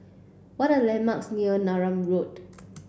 what are landmarks near Neram Road